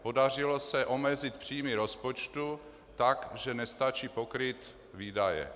Podařilo se omezit příjmy rozpočtu tak, že nestačí pokrýt výdaje.